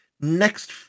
Next